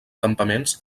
campaments